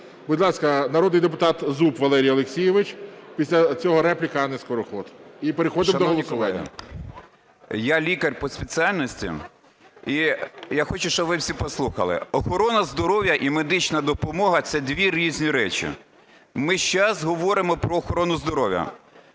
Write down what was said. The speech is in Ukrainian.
Будь ласка, народний депутат Зуб Валерій Олексійович. Після цього репліка Анни Скороход. І переходимо до голосування. 13:55:03 ЗУБ В.О. Шановні колеги, я лікар по спеціальності, і я хочу, щоб ви всі послухали. Охорона здоров'я і медична допомога – це дві різні речі. Ми зараз говоримо про охорону здоров'я.